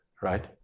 right